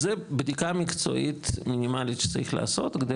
זו בדיקה מקצועית מינימלית שצריך לעשות כדי